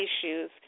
issues